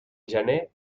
gener